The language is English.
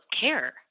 care